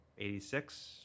86